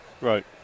Right